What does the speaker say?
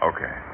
Okay